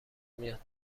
میاد